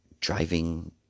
driving